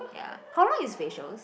ya how long is facials